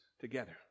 together